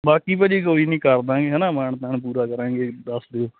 ਬਾਕੀ ਭਾਅ ਜੀ ਕੋਈ ਨਹੀਂ ਕਰ ਦਾਂਗੇ ਹਨਾ ਮਾਣ ਤਾਣ ਪੂਰਾ ਕਰਾਂਗੇ ਦੱਸ ਦਿਓ